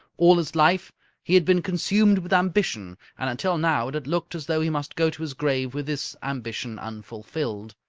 all his life he had been consumed with ambition, and until now it had looked as though he must go to his grave with this ambition unfulfilled.